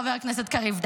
חבר הכנסת קריב,